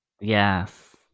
Yes